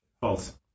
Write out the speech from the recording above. False